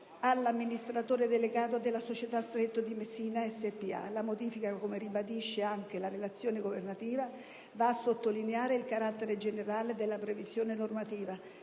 all'amministratore delegato della società Stretto di Messina spa La modifica, come ribadisce anche la relazione governativa, va a sottolineare il carattere generale della previsione normativa,